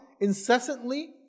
incessantly